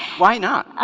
why not